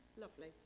lovely